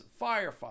firefighters